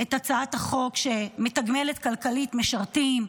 את הצעת החוק שמתגמלת כלכלית משרתים.